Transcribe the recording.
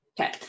Okay